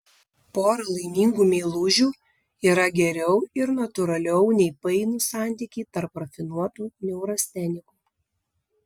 pora laimingų meilužių yra geriau ir natūraliau nei painūs santykiai tarp rafinuotų neurastenikų